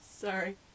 Sorry